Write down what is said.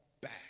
Back